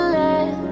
let